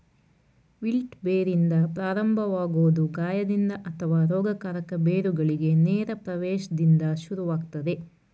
wilt ಬೇರಿಂದ ಪ್ರಾರಂಭವಾಗೊದು ಗಾಯದಿಂದ ಅಥವಾ ರೋಗಕಾರಕ ಬೇರುಗಳಿಗೆ ನೇರ ಪ್ರವೇಶ್ದಿಂದ ಶುರುವಾಗ್ತದೆ